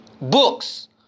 books